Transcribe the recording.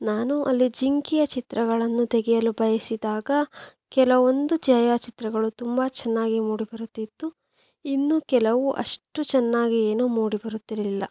ನಾನು ಅಲ್ಲಿ ಜಿಂಕೆಯ ಚಿತ್ರಗಳನ್ನು ತೆಗೆಯಲು ಬಯಸಿದಾಗ ಕೆಲವೊಂದು ಛಾಯಾಚಿತ್ರಗಳು ತುಂಬ ಚೆನ್ನಾಗಿ ಮೂಡಿ ಬರುತ್ತಿತ್ತು ಇನ್ನೂ ಕೆಲವು ಅಷ್ಟು ಚೆನ್ನಾಗಿ ಏನು ಮೂಡಿ ಬರುತ್ತಿರಲಿಲ್ಲ